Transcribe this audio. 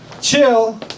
chill